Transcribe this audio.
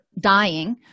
dying